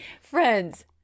friends